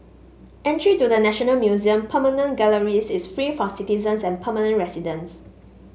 entry to the National Museum permanent galleries is free for citizens and permanent residents